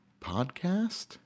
podcast